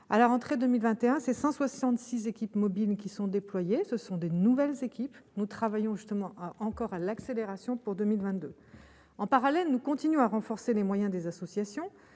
à la rentrée 2021 c'est 166 équipes mobiles qui sont déployés, ce sont des nouvelles équipes nous travaillons justement encore à l'accélération pour 2022, en parallèle, nous continuons à renforcer les moyens des associations,